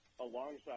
alongside